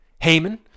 Haman